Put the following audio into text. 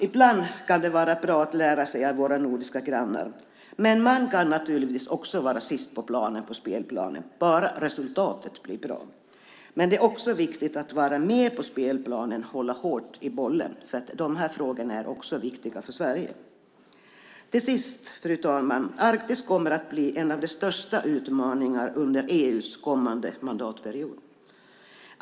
Ibland kan det vara bra att lära sig av våra nordiska grannar, men man kan naturligtvis också vara sist på spelplanen, bara resultatet blir bra. Men det är viktigt att vara med på spelplanen och hålla hårt i bollen, för de här frågorna är viktiga också för Sverige. Till sist, fru talman, kommer Arktis att bli en av de största utmaningarna under EU:s kommande mandatperiod.